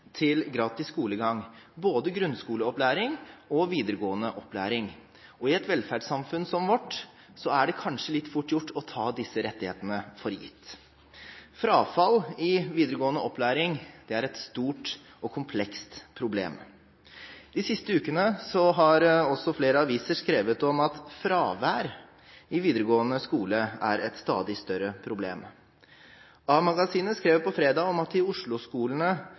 til gratis skolegang, både grunnskoleopplæring og videregående opplæring. I et velferdssamfunn som vårt er det kanskje litt fort gjort å ta disse rettighetene for gitt. Frafall i videregående opplæring er et stort og komplekst problem. De siste ukene har også flere aviser skrevet om at fravær i videregående skole er et stadig større problem. A-magasinet skrev på fredag om at det i